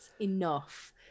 enough